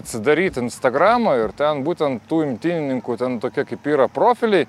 atsidaryt instagramą ir ten būtent tų imtynininkų ten tokie kaip yra profiliai